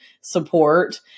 support